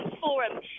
Forum